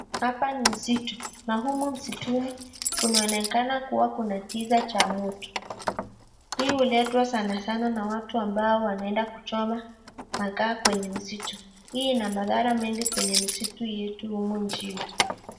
Hapa ni msitu, na humu msituni, kunaonekana kuwa kuna kiza cha moto, hii huletwa sana sana na watu ambao wanaenda kuchoma makaa kwenye msitu. Hii ina madhara mengi kwenye msitu yetu humu nchini.